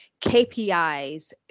KPIs